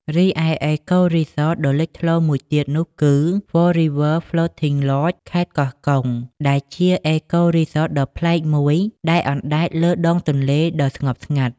រីឯអេកូរីសតដ៏លេចធ្លោមួយទៀតនោះគឺ ហ្វ័រ រី វើ ហ្លូត ធីង ឡចដ៍ 4 Rivers Floating Lodge ខេត្តកោះកុង ដែលជា អេកូរីសត ដ៏ប្លែកមួយដែលអណ្តែតលើដងទន្លេដ៏ស្ងប់ស្ងាត់។